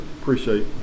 appreciate